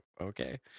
okay